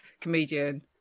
comedian